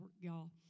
y'all